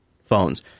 phones